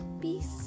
Peace